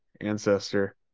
ancestor